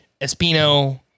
Espino